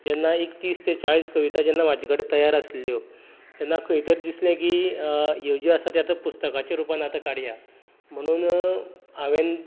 जेन्ना एक तीस तें चाळीस कविता जेन्ना म्हाजे कडेन तयार आसलेल्यो तेन्ना खंय तरी दिसले की ह्यो ज्यो आसा त्यो आता पुस्तकाच्या रुपान आता काडया म्हणून हांवेन